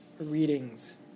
readings